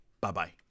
Bye-bye